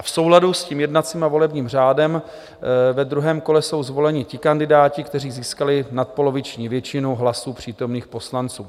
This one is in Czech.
V souladu s jednacím a volebním řádem ve druhém kole jsou zvoleni ti kandidáti, kteří získali nadpoloviční počet hlasů přítomných poslanců.